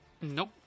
Nope